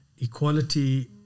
Equality